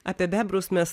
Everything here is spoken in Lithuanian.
apie bebrus mes